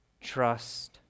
trust